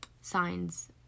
signs